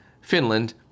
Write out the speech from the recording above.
Finland